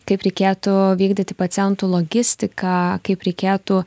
kaip reikėtų vykdyti pacientų logistiką kaip reikėtų